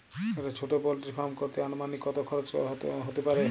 একটা ছোটো poultry farm করতে আনুমানিক কত খরচ কত হতে পারে?